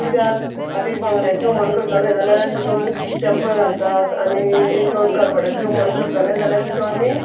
किद्याक आतां एक बांगड्याचें हुमण करतलें जाल्या तितून तेफळ घालतात आनी एक करपट्याचें हुमण करतलें जाल्या तितू आमी